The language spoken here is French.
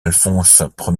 alphonse